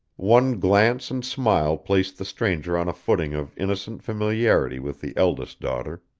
one glance and smile placed the stranger on a footing of innocent familiarity with the eldest daughter.